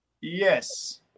Yes